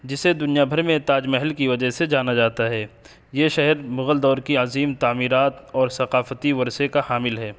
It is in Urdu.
جسے دنیا بھر میں تاج محل کی وجہ سے جانا جاتا ہے یہ شہر مغل دور کی عظیم تعمیرات اور ثقافتی ورثے کا حامل ہے